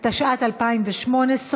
התשע"ט 2018,